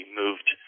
moved